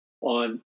on